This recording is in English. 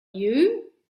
you